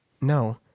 No